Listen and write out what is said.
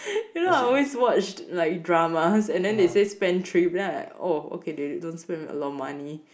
you know I always watched like dramas and then then they say spendthrift then I like oh they don't spend a lot of money